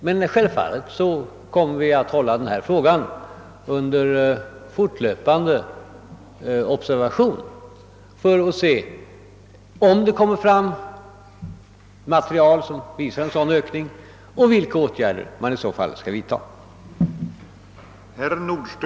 Men självfallet kommer vi att hålla den här frågan under fortlöpande observation för att se om det kommer fram material som visar en sådan ökning. Med hjälp härav får man sedan vidta åtgärder.